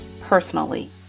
personally